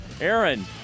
Aaron